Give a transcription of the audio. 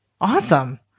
Awesome